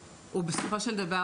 בסופו של דבר,